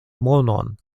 monon